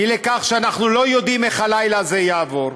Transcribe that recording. אי לכך שאנחנו לא יודעים איך הלילה הזה יעבור,